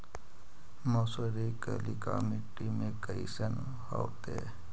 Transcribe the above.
मसुरी कलिका मट्टी में कईसन होतै?